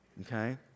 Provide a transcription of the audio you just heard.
Okay